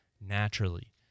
naturally